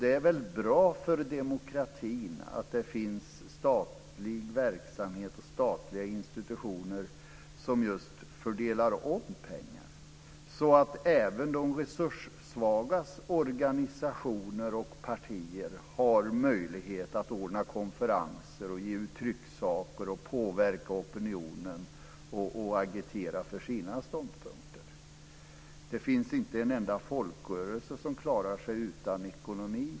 Det är väl bra för demokratin att det finns statlig verksamhet och statliga institutioner som just fördelar om pengar, så att även de resurssvagas organisationer och partier har möjligheter att anordna konferenser, att ge ut trycksaker och att påverka opinionen och agitera för sina ståndpunkter. Inte en enda folkrörelse klarar sig utan ekonomi.